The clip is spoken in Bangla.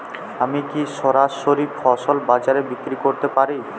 আমি কি সরাসরি ফসল বাজারে বিক্রি করতে পারি?